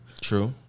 True